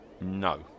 No